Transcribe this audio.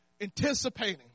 anticipating